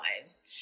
lives